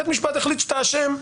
בית משפט החליט שאתה אשם,